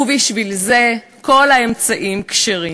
ובשביל זה כל האמצעים כשרים.